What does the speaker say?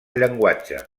llenguatge